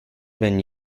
been